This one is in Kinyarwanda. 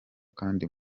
kandi